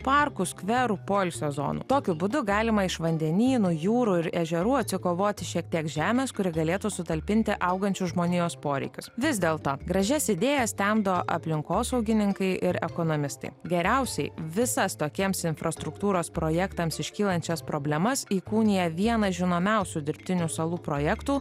parkų skverų poilsio zonų tokiu būdu galima iš vandenynų jūrų ir ežerų atsikovoti šiek tiek žemės kuri galėtų sutalpinti augančius žmonijos poreikius vis dėlto gražias idėjas temdo aplinkosaugininkai ir ekonomistai geriausiai visas tokiems infrastruktūros projektams iškylančias problemas įkūnija vienas žinomiausių dirbtinių salų projektų